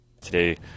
Today